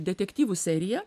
detektyvų seriją